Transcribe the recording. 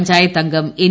പഞ്ചായത്തംഗം N